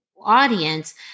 audience